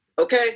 Okay